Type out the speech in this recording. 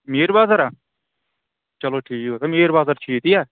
میٖر بازر چلو ٹھیٖک گوٚو میٖر بازر چھُ یہِ تِییَاہ